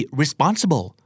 responsible